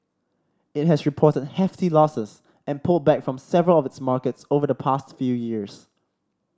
it has reported hefty losses and pulled back from several of its markets over the past few years